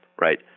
right